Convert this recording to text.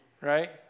right